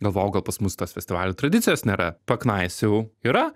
galvojau gal pas mus tos festivalio tradicijos nėra paknaisiojau yra